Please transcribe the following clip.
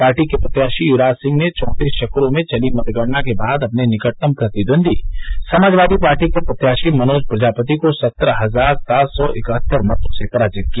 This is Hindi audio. पार्टी के प्रत्याशी युवराज सिंह ने चौतीस चक्रों में चली मतगणना के बाद अपने निकटतम प्रतिद्वन्दी समाजवादी पार्टी के प्रत्याशी मनोज प्रजापति को सत्रह हजार सात सौ इकहत्तर मतो से पराजित किया